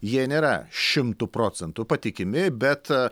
jie nėra šimtu procentų patikimi bet